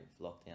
lockdown